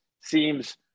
Seems